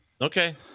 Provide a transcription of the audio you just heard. Okay